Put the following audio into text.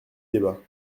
débat